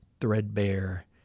threadbare